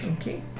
Okay